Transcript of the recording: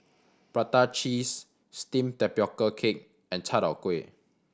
prata cheese steamed tapioca cake and chai tow kway